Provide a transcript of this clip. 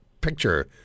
picture